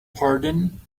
pardon